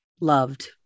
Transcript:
loved